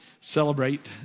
celebrate